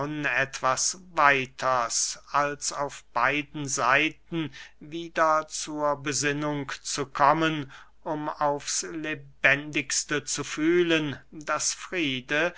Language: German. etwas weiters als auf beiden seiten wieder zur besinnung zu kommen um aufs lebendigste zu fühlen daß friede